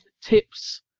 tips